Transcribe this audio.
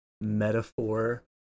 metaphor